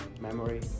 memory